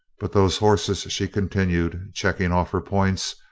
but those horses, she continued, checking off her points,